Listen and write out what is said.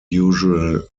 usual